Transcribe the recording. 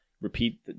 repeat